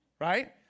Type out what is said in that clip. Right